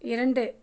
இரண்டு